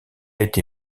été